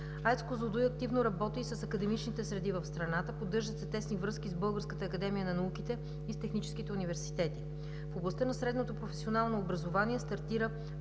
„Козлодуй“ активно работи с академичните среди в страната, поддържат се тесни връзки с Българската академия на науките и с техническите университети. В областта на средното професионално образование стартира